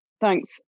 thanks